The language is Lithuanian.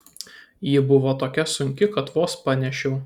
ji buvo tokia sunki kad vos panešiau